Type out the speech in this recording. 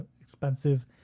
expensive